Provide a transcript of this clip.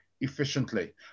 efficiently